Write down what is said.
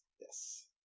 Yes